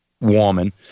woman